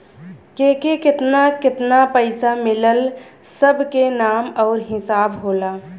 केके केतना केतना पइसा मिलल सब के नाम आउर हिसाब होला